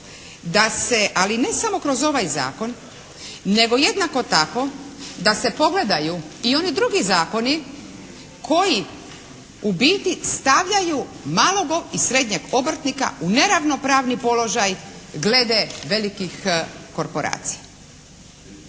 ali ne samo kroz ovaj zakon nego jednako tako da se pogledaju i oni drugi zakoni koji u biti stavljaju malog i srednjeg obrtnika u neravnopravni položaj glede velikih korporacija.